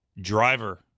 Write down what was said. Driver